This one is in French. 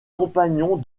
compagnon